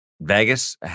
Vegas